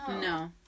no